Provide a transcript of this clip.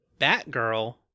Batgirl